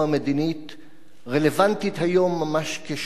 רלוונטית היום ממש כשם שהיתה בחייו.